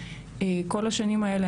כל השנים האלה,